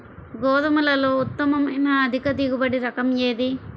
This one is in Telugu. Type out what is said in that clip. గోధుమలలో ఉత్తమమైన అధిక దిగుబడి రకం ఏది?